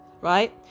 right